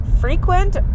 frequent